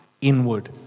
inward